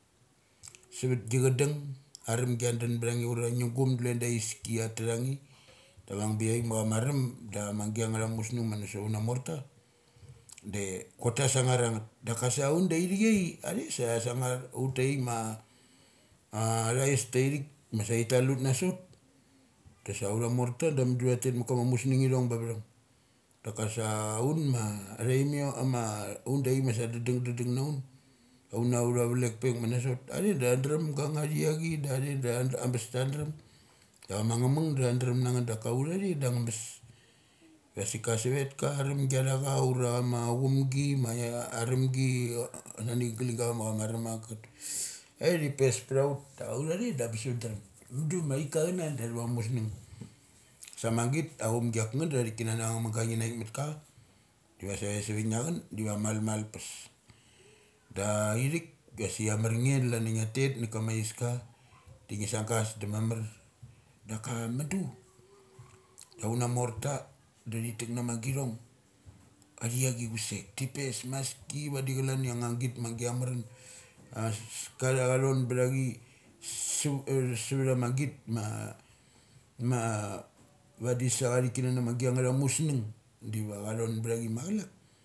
Savatgi chadung arumgi cha dunbtha nge urangi gum da chule da aiski chia tha nge da avang biavik da chama arem da amangia musng ma na sot auna morta dechokta sungan angeth. Daka sa undaithikai athe da sa sangar ut taithik ma athais tarthik masa thi tal ut nasot dasa autha morta damudu tha tet makama musng ithong ba vathong. Daka sa un ma atharmiom, ama un daithik masa dadang, dadang mun, auna uthavlek pek ma na sot athe da tha drem na chathaechi. Da athe da ambes tandrem ia chama ngamung dathadrem nangreth daka uthathe dangabes. Asik ia savetka arumgi chiathacha ura chama umgi mangia a arumgi nani galing ga machama arum ang kangeth. Athe dathi pes ptha ut da ut a the da bes ut drem. Mudu ma aika chana da atha va musngung. Samagit achumgiangka ngeth da chia thik kana nangamung ga ngi naik mat ka diva save savi gi achun diva malmal pas. Da ithik dasik amarnge calania ngia tet na kama aiska da ngi sagas da mamar. Daka mudu dauna morta da thi tek na ma githong. Athacei chusek thi pes maski vadi chalan ia angnga git ma agia ngatha manin as ka tha kathon btha chi savat amagit ma, ma vadisa cha thik kanana na ma gia musnung, diva cha thon btha chi machak.